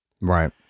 right